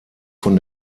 von